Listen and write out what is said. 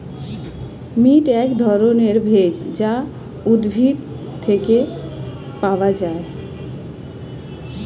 mint এক ধরনের ভেষজ যা উদ্ভিদ থেকে পাওয় যায়